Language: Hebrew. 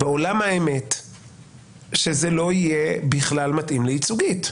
האמת שזה לא יהיה בכלל מתאים לייצוגית,